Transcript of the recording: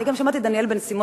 אני גם שמעתי את דניאל בן-סימון,